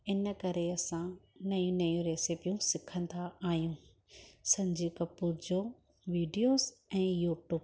इन करे असां नयूं नयूं रैसिपियूं सिखंदा आहियूं संजीव कपूर जो वीडियोस ऐं यूट्यूब